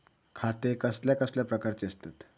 खाते कसल्या कसल्या प्रकारची असतत?